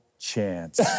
Chance